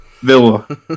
Villa